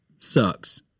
Sucks